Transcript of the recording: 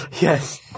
Yes